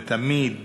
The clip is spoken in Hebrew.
ותמיד